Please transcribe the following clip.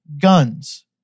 guns